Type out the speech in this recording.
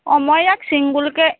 অঁ মই ইয়াক ছিংগুলকৈ